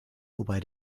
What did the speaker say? wobei